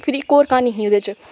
फिर इक होर क्हानी ही ओह्दे च